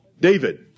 David